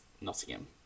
Nottingham